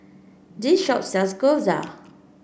this shop sells Gyoza